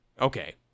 okay